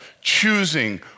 choosing